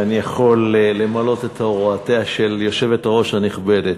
ואני יכול למלא את הוראותיה של היושבת-ראש הנכבדת.